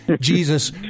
Jesus